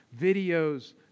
videos